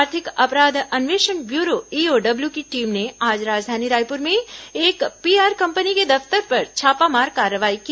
आर्थिक अपराध अन्वेषण ब्यूरो ईओडब्ल्यू की टीम ने आज राजधानी रायपुर में एक पीआर कंपनी के दफ्तर पर छापामार कार्रवाई की